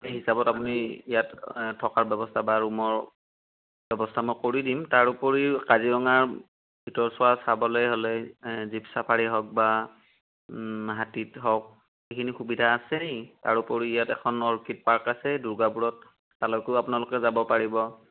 সেই হিচাপত আপুনি ইয়াত থকাৰ ব্যৱস্থা বা ৰুমৰ ব্যৱস্থা মই কৰি দিম তাৰ উপৰিও কাজিৰঙাৰ ভিতৰচোৱা চাবলৈ হ'লে জীপ ছাফাৰী হওক বা হাতীত হওক সেইখিনি সুবিধা আছে তাৰ উপৰি ইয়াত এখন অৰ্কিড পাৰ্ক আছে দুৰ্গাপুৰত তালৈকো আপোনালোকে যাব পাৰিব